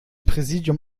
präsidium